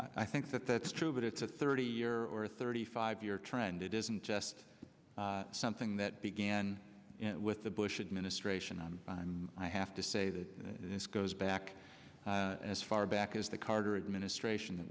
i think that that's true but it's a thirty year or thirty five year trend it isn't just something that began with the bush administration and i have to say that this goes back as far back as the carter administration that